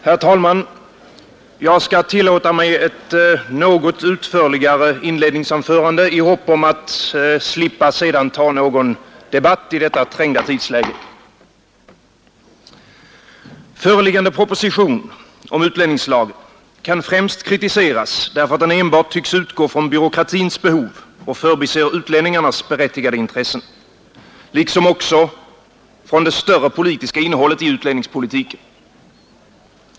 Herr talman! Jag skall tillåta mig ett något utförligare inledningsanförande i hopp om att sedan slippa ta någon debatt i detta trängda tidsläge. Föreliggande proposition om utlänningslagen kan främst kritiseras därför att den enbart tycks utgå från byråkratins behov och förbiser utlänningarnas berättigade intressen, liksom också det större politiska innehållet i utlänningspolitiken.